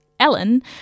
ellen